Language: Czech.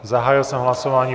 Zahájil jsem hlasování.